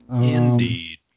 Indeed